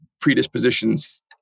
predispositions